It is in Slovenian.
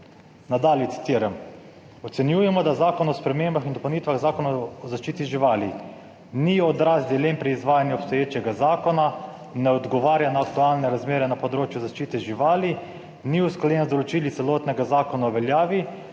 nadalje citiram: »Ocenjujemo, da Zakon o spremembah in dopolnitvah Zakona o zaščiti živali ni odraz dilem pri izvajanju obstoječega zakona, ne odgovarja na aktualne razmere na področju zaščite živali, ni usklajen z določili celotnega zakona o veljavi,